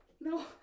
No